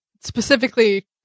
specifically